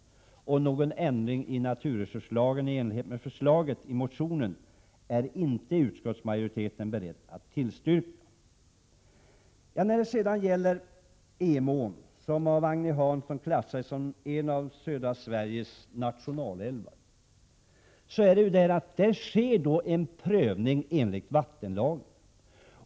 Någon ändring i naturresurslagen i enlighet med förslaget i motionen är utskottsmajoriteten inte beredd att tillstyrka. Emån klassas av Agne Hansson som en av södra Sveriges nationalälvar. Prot. 1987/88:118 Därsker en prövning enligt vattenlagen.